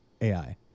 AI